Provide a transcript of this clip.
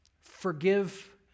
Forgive